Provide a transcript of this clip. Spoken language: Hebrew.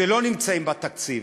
שלא נמצאות בתקציב,